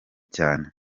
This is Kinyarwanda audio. cyane